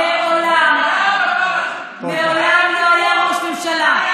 מעולם, מעולם לא היה ראש ממשלה, תודה,